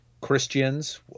Christians